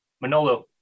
Manolo